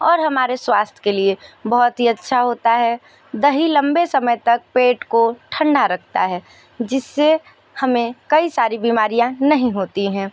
और हमारे स्वास्थ्य के लिए बहुत ही अच्छा होता है दही लम्बे समय तक पेट को ठंडा रखता है जिस से हमें कई सारी बीमारियाँ नहीं होती हैं